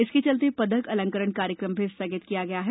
इसके चलते पदक अलंकरण कार्यक्रम भी स्थगित किया गया है